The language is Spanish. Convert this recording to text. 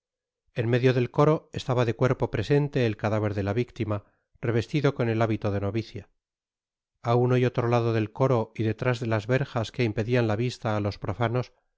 en medio del coro estaba de cuerpo presente el cadáver de la víctima revestido con el hábito de novicia a uno y otro lado del coro y detrás de las verjas que impedian la vista á loa profanos